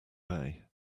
bay